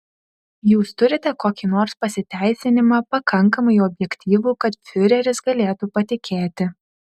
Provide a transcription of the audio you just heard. jūs turite kokį nors pasiteisinimą pakankamai objektyvų kad fiureris galėtų patikėti